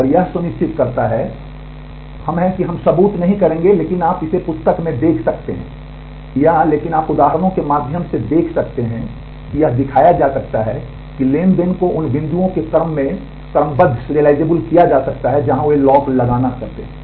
और यह सुनिश्चित करता है हम हैं कि हम सबूत नहीं करेंगे लेकिन आप इसे पुस्तक में देख सकते हैं या लेकिन आप उदाहरणों के माध्यम से देख सकते हैं कि यह दिखाया जा सकता है कि ट्रांज़ैक्शन को उन बिंदुओं के क्रम में क्रमबद्ध किया जा सकता है जहां वे लॉक लगाना करते हैं